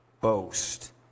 boast